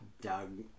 Doug